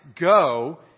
go